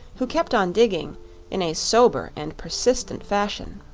who kept on digging in a sober and persistent fashion.